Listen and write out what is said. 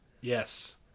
Yes